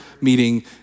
meeting